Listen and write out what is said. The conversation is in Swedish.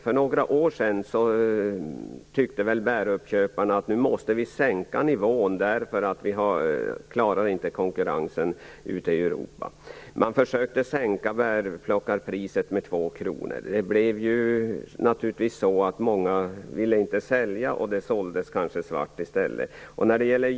För några år sedan ansåg bäruppköparna att man var tvungen att sänka priset därför att man inte klarade konkurrensen med andra bäruppköpare i Europa. Man försökte sänka bärplockarpriset med 2 kr. Resultatet blev att många inte ville sälja bär och att man kanske sålde svart i stället.